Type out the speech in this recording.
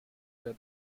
der